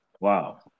Wow